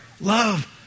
love